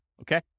okay